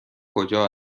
کجا